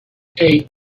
hey